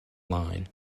line